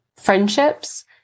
friendships